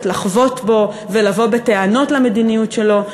לחבוט בו ולבוא בטענות למדיניות שלו,